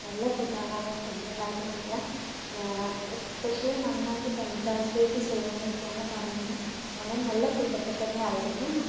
നല്ല ഫുഡാണ് ആ ഫുഡ് ഉണ്ടാക്കണ ആളെ എസ്പെഷ്യലി നന്നായിട്ട് കൺഗ്രാജുലേറ്റ് ചെയ്യണം എന്നൊക്കെയാണ് പറഞ്ഞത് അതുകൊണ്ട് തന്നെ നല്ല ഫുഡൊക്കെ തന്നെയായിരുന്നു